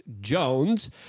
jones